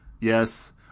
Yes